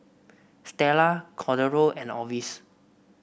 Stella Cordero and Orvis